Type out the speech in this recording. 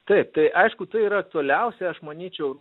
taip tai aišku tai yra toliausiai aš manyčiau